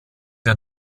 der